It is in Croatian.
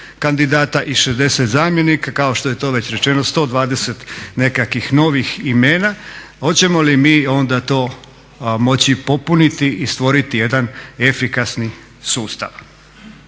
kandidata i 60 zamjenika kao što je to već rečeno 120 nekakvih novih imena, hoćemo li mi onda to moći popuniti i stvoriti jedan efikasni sustav?